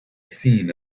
seen